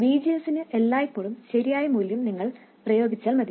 VGS നു എല്ലായ്പോഴും ശരിയായ മൂല്യം നിങ്ങൾ പ്രയോഗിച്ചാൽ മതി